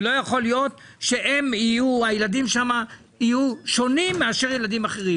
לא יכול להיות שהילדים שם יהיו שונים מילדים אחרים.